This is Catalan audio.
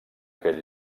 aquell